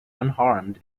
unharmed